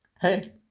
Hey